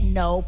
no